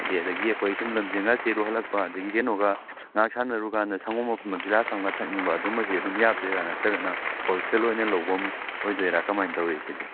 ꯍꯥꯏꯗꯤ ꯑꯗꯒꯤ ꯑꯩꯈꯣꯏꯒꯤ ꯁꯨꯝ ꯂꯝꯖꯦꯟꯒ ꯆꯦꯜꯂꯨ ꯍꯂꯛꯄ ꯑꯗꯒꯤ ꯀꯩꯅꯣꯒ ꯉꯍꯥꯛ ꯁꯥꯟꯅꯔꯨ ꯀꯥꯟꯗ ꯁꯪꯒꯣꯝ ꯑꯐꯝꯕ ꯒꯤꯂꯥꯁ ꯑꯃꯒ ꯊꯛꯅꯤꯡꯕ ꯑꯗꯨꯝꯕꯁꯦ ꯑꯗꯨꯝ ꯌꯥꯗꯣꯏꯔꯥ ꯅꯠꯇ꯭ꯔꯒꯅ ꯍꯣꯜꯁꯦꯜ ꯑꯣꯏꯅ ꯂꯧꯐꯝ ꯑꯣꯏꯗꯣꯏꯔꯥ ꯀꯃꯥꯏ ꯇꯧꯋꯤ ꯁꯤꯗꯤ